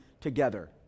together